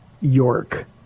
York